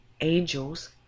angels